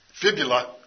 fibula